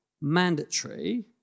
mandatory